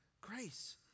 grace